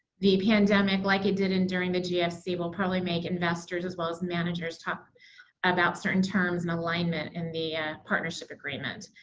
the pandemic, like it did and during the gfc, will probably make investors as well as managers talk about certain terms and alignment in the partnership agreement.